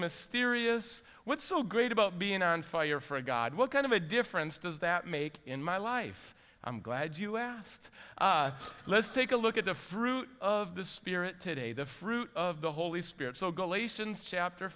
mysterious what's so great about being on fire for a god what kind of a difference does that make in my life i'm glad you asked let's take a look at the fruit of the spirit today the fruit of the holy spirit